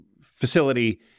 facility